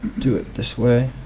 do it this way.